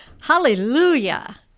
Hallelujah